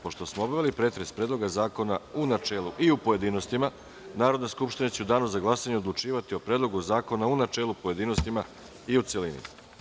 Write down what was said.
Pošto smo obavili pretres Predloga zakona u načelu i u pojedinostima Narodna skupština će u danu za glasanje odlučivati o Predlogu zakona u načelu, pojedinostima i u celini.